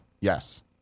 Yes